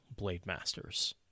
Blademasters